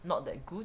not that good